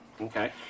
Okay